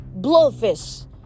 Blowfish